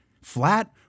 flat